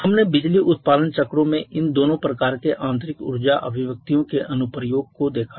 हमने बिजली उत्पादन चक्रों में इन दोनों प्रकार के आंतरिक ऊर्जा अभिव्यक्तियों के अनुप्रयोग को देखा है